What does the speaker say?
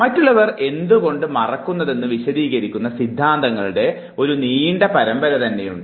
മറ്റുള്ളവർ എന്തുകൊണ്ട് മറക്കുന്നതെന്നത് വിശദീകരിക്കുന്ന സിദ്ധാന്തങ്ങളുടെ ഒരു നീണ്ട പരമ്പരകൾ തന്നെയുണ്ട്